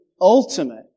ultimate